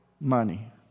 money